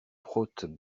prote